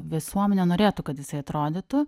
visuomenė norėtų kad jisai atrodytų